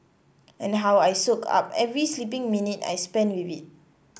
and how I soak up every sleeping minute I spend with it